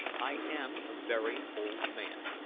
i am a very old man.